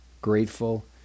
grateful